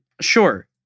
sure